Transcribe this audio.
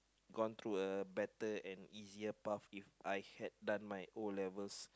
gone through a better and easier path If I had done my O-levels